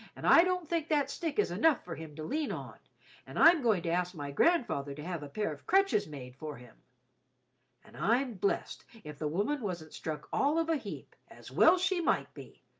and i don't think that stick is enough for him to lean on and i'm going to ask my grandfather to have a pair of crutches made for him an' i'm blessed if the woman wasn't struck all of a heap, as well she might be!